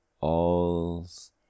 All's